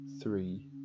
three